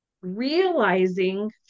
realizing